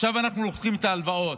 עכשיו אנחנו לוקחים את ההלוואות,